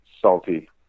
salty